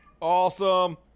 Awesome